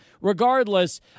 regardless